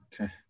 okay